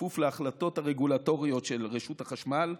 בכפוף להחלטות הרגולטוריות של רשות החשמל.